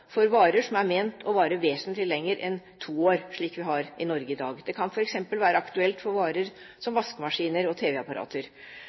for varer som er ment å vare vesentlig lenger enn to år, som vi har i Norge i dag. Dette kan f.eks. være aktuelt for varer som